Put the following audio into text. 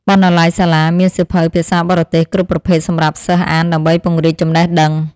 បណ្ណាល័យសាលាមានសៀវភៅភាសាបរទេសគ្រប់ប្រភេទសម្រាប់សិស្សអានដើម្បីពង្រីកចំណេះដឹង។